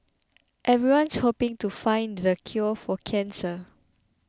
everyone's hoping to find the cure for cancer